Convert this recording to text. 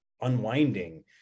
unwinding